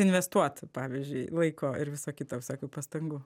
investuot pavyzdžiui laiko ir viso kito visokių pastangų